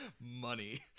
Money